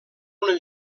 una